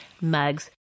mugs